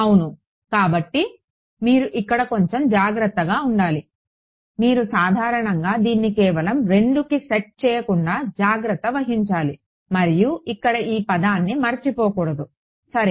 అవును కాబట్టి మీరు ఇక్కడ కొంచెం జాగ్రత్తగా ఉండాలి మీరు సాధారణంగా దీన్ని కేవలం 2కి సెట్ చేయకుండా జాగ్రత్త వహించాలి మరియు ఇక్కడ ఈ పదాన్ని మరచిపోకూడదు సరే